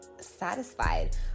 satisfied